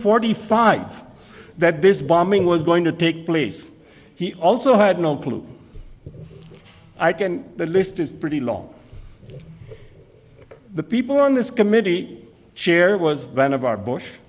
forty five that this bombing was going to take place he also had no clue i can the list is pretty long the people on this committee chair was one of our bush